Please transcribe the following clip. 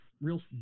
real